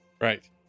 Right